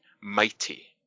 mighty